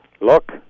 look